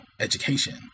education